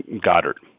Goddard